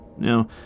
Now